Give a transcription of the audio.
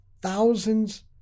thousands